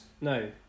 No